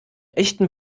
echten